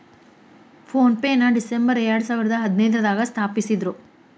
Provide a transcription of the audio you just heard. phone ಪೆನ December ಎರಡಸಾವಿರದ ಹದಿನೈದ್ರಾಗ ಸ್ಥಾಪಿಸಿದ್ರು